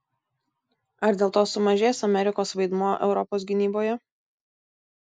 ar dėl to sumažės amerikos vaidmuo europos gynyboje